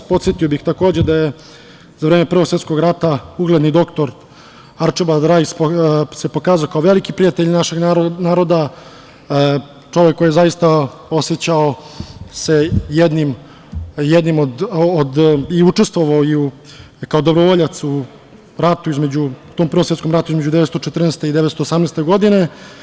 Podsetio bih takođe da se za vreme Prvog svetskog rata, ugledni doktor Arčibald Rajs pokazao kao veliki prijatelj našeg naroda, čovek koji se zaista osećao jednim od, i učestvovao kao dobrovoljac u ratu između, u tom Prvom svetskom ratu, između 1914. i 1918. godine.